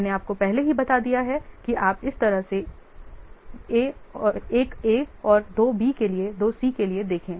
मैंने आपको पहले ही बता दिया है कि आप इस तरह से 1 A और 2 B के लिए 2 C के लिए देखें